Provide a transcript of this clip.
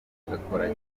agakora